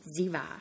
Ziva